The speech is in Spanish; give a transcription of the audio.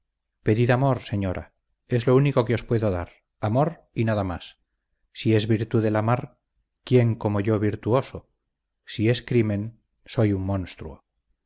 pedid amor señora es lo único que os puedo dar amor y nada más si es virtud el amar quién como yo virtuoso si es crimen soy un monstruo